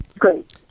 Great